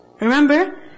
Remember